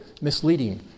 misleading